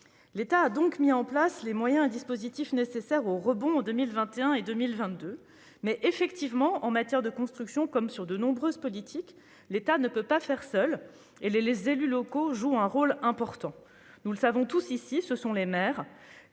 L'État a donc mis en place les moyens et les dispositifs nécessaires au rebond en 2021 et 2022, mais il est vrai qu'en matière de construction, comme pour de nombreuses politiques, l'État ne peut pas faire seul et les élus locaux jouent un rôle important. Nous le savons tous ici, ce sont les maires